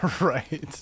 Right